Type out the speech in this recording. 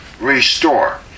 restore